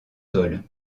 sol